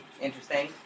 interesting